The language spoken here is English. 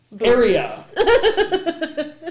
Area